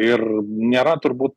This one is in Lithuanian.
ir nėra turbūt